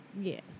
Yes